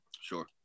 Sure